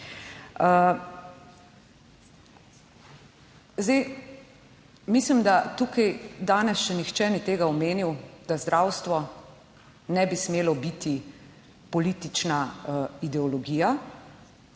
Zdaj mislim, da tukaj danes še nihče ni tega omenil, da zdravstvo ne bi smelo biti politična ideologija